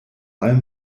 allem